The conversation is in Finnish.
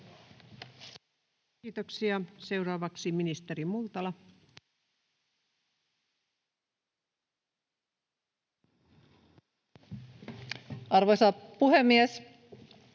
Kiitoksia. — Seuraavaksi ministeri Multala. [Speech